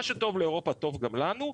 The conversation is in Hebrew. מה שטוב לאירופה טוב גם לנו,